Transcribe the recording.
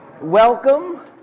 welcome